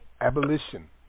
Abolition